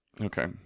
Okay